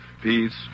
peace